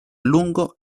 lungo